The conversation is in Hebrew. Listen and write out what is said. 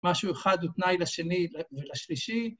משהו אחד הוא תנאי לשני ולשלישי.